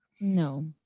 No